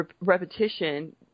repetition